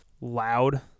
loud